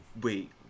Wait